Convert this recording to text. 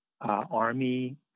army